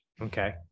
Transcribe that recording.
Okay